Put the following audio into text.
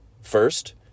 first